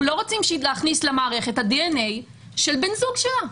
לא רוצים להכניס למערכת דנ"א של בן הזוג שלה.